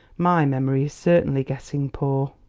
my memory is certainly getting poor.